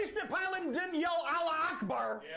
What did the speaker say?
the pilot didn't yell, allah akbar. yeah